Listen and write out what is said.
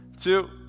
two